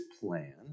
plan